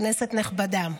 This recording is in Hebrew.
כנסת נכבדה,